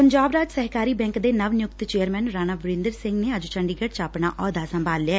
ਪੰਜਾਬ ਰਾਜ ਸਹਿਕਾਰੀ ਬੈਂਕ ਦੇ ਨਵ ਨਿਯੁਕਤ ਚੇਅਰਮੈਨ ਰਾਣਾ ਵਰਿੰਦਰ ਸਿੰਘ ਨੇ ਅੱਜ ਚੰਡੀਗੜ ਚ ਆਪਣਾ ਅਹੁਦਾ ਸੰਭਾਲ ਲਿਐ